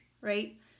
right